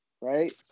right